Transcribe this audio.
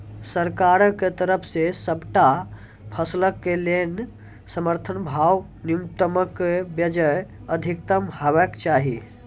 सरकारक तरफ सॅ सबटा फसलक लेल समर्थन भाव न्यूनतमक बजाय अधिकतम हेवाक चाही?